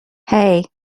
hey